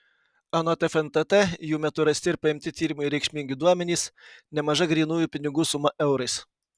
anot fntt jų metu rasti ir paimti tyrimui reikšmingi duomenys nemaža grynųjų pinigų suma eurais